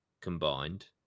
combined